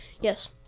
Yes